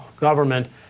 government